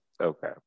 Okay